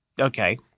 okay